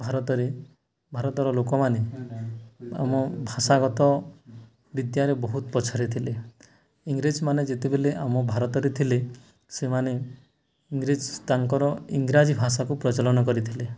ଭାରତରେ ଭାରତର ଲୋକମାନେ ଆମ ଭାଷାଗତ ବିଦ୍ୟାରେ ବହୁତ ପଛରେ ଥିଲେ ଇଂରେଜମାନେ ଯେତେବେଳେ ଆମ ଭାରତରେ ଥିଲେ ସେମାନେ ଇଂରେଜ ତାଙ୍କର ଇଂରାଜୀ ଭାଷାକୁ ପ୍ରଚଳନ କରିଥିଲେ